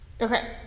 Okay